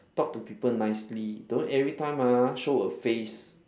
talk to people nicely don't every time ah show a face